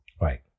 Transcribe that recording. Right